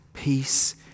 Peace